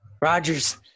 Rogers